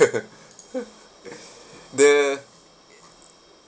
the